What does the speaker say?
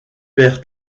perd